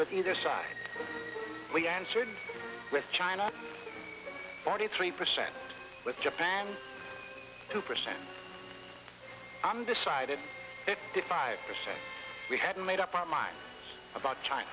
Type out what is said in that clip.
with either side we answered with china forty three percent with japan two percent undecided five percent we haven't made up our mind about china